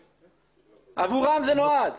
עבורה זה נועד.